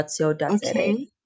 Okay